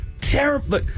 terrible